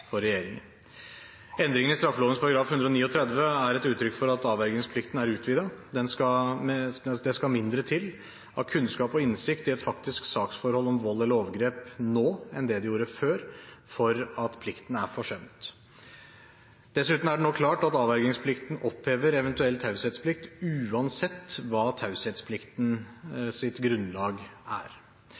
for regjeringen. Endringen i straffeloven § 139 er et uttrykk for at avvergingsplikten er utvidet. Det skal mindre til av kunnskap og innsikt i et faktisk saksforhold om vold eller overgrep nå, enn det det gjorde før, for at plikten er forsømt. Dessuten er det nå klart at avvergingsplikten opphever eventuell taushetsplikt, uansett hva taushetspliktens grunnlag er.